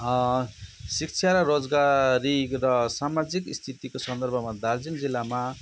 शिक्षा र रोजगारी र सामाजिक स्थितिको सन्दर्भमा दार्जिलिङ जिल्लामा